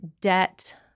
debt